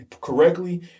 correctly